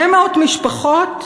800 משפחות,